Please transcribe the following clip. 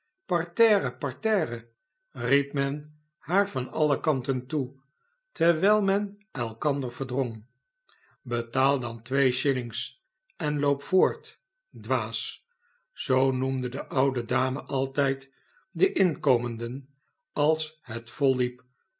parterre parterre riep men haar van alle kanten toe terwijl men elkander verdrong betaal dan twee shillings en loop voort dwaas zoo noemde de oude dame altijd de inkomenden als het vol hep